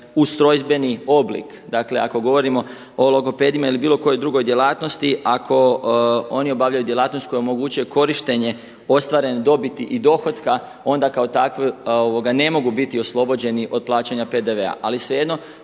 ustrojstveni oblik, dakle ako govorimo o logopedima ili bilo kojoj drugoj djelatnosti ako oni obavljaju djelatnost koja omogućuje korištenje ostvarene dobiti i dohotka onda kao takve ne mogu biti oslobođeni od plaćanja PDV-a.